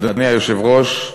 אדוני היושב-ראש,